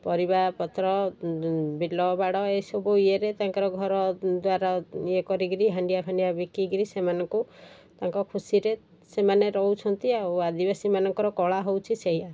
ପରିବାପତ୍ର ବିଲ ବାଡ଼ ଏଇସବୁ ଇଏରେ ତାଙ୍କର ଘର ଦ୍ୱାର ଇଏ କରିକିରି ହାଣ୍ଡିଆ ଫାଣ୍ଡିଆ ବିକିକିରି ସେମାନଙ୍କୁ ତାଙ୍କ ଖୁସିରେ ସେମାନେ ରହୁଛନ୍ତି ଆଉ ଆଦିବାସୀମାନଙ୍କର କଳା ହେଉଛି ସେଇଆ